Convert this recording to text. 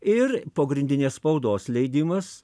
ir pogrindinės spaudos leidimas